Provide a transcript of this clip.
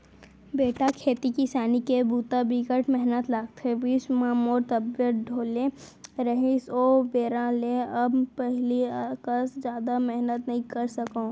बेटा खेती किसानी के बूता बिकट मेहनत लागथे, बीच म मोर तबियत डोले रहिस हे ओ बेरा ले अब पहिली कस जादा मेहनत नइ करे सकव